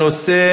נושא